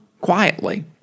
quietly